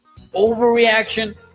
Overreaction